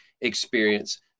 experience